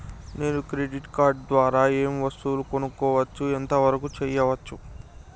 నేను credit card ద్వారా ఏం వస్తువులు కొనుక్కోవచ్చు ఎంత వరకు చేయవచ్చు?